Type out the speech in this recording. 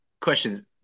questions